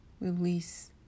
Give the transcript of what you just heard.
Release